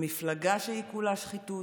במפלגה שהיא כולה שחיתות,